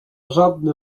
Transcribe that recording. żadne